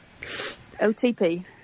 OTP